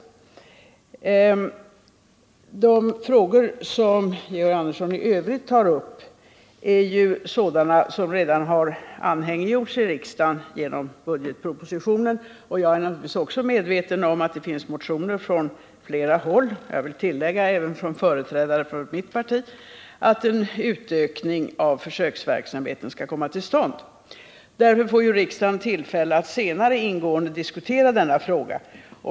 De frågor som Georg Andersson i övrigt tar upp är ju sådana som redan har anhängiggjorts i riksdagen genom budgetpropositionen. Jag är naturligtvis också medveten om att det finns motioner från flera håll — jag vill tillägga även från företrädare för mitt parti — om att en utökning av försöksverksamheten skall komma till stånd. Därmed får riksdagen tillfälle att senare ingående diskutera denna fråga.